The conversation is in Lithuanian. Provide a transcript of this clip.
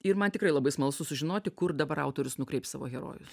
ir man tikrai labai smalsu sužinoti kur dabar autorius nukreips savo herojus